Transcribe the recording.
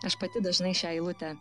aš pati dažnai šią eilutę